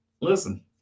Listen